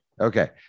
Okay